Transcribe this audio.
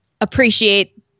appreciate